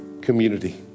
community